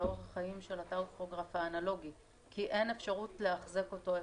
זה אורך החיים של הטכוגרף האנלוגי כי אין אפשרות לאחזק אותו,